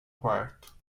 quarto